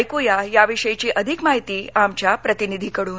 ऐक्या याविषयीची अधिक माहिती आमच्या प्रतिनिधीकडून